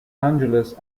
angeles